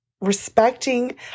respecting